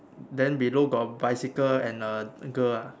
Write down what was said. then below got bicycle and a girl ah